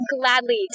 gladly